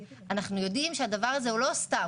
אנחנו יודעים שהדבר הזה הוא לא סתם,